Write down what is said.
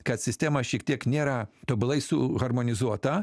kad sistema šiek tiek nėra tobulai suharmonizuota